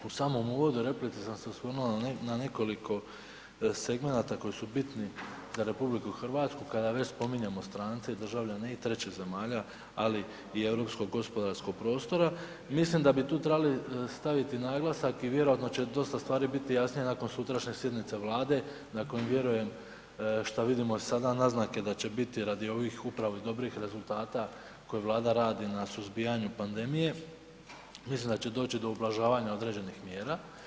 U samom uvodu u replici sam se osvrnuo na nekoliko segmenata koji su bitni za RH kada već spominjemo strance i državljane i trećih zemalja, ali i Europskog gospodarskog prostora, mislim da bi tu trebali staviti naglasak i vjerojatno će dosta stvari biti jasnije nakon sutrašnje sjednice Vlade na kojoj vjerujem, šta vidimo i sada, naznake da će biti radi ovih upravo i dobrih rezultata koje Vlada radi na suzbijanju pandemije, mislim da će doći do ublažavanja određenih mjera.